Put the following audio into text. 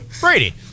Brady